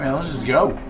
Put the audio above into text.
and let's just go.